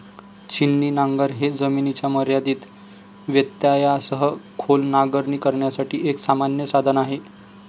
छिन्नी नांगर हे जमिनीच्या मर्यादित व्यत्ययासह खोल नांगरणी करण्यासाठी एक सामान्य साधन आहे